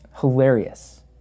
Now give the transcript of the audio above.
hilarious